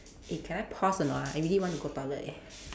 eh can I pause or not ah I really want to go toilet leh